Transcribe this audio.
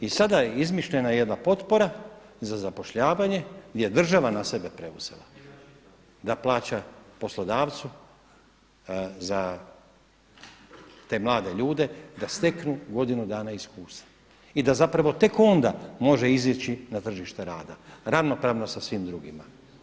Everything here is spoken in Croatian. I sada je izmišljena jedna potpora za zapošljavanje gdje je država na sebe preuzela da plaća poslodavcu za te mlade ljude da steknu godinu dana iskustva i da zapravo tek onda može izaći na tržište rada ravnopravno sa svim drugima.